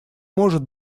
может